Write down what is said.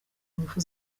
ingufu